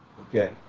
Okay